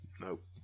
Nope